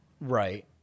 Right